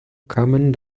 kamen